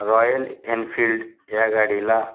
royal Enfield या गाडीला